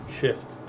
shift